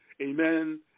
amen